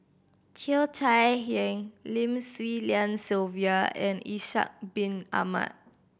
Cheo Chai Hiang Lim Swee Lian Sylvia and Ishak Bin Ahmad